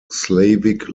slavic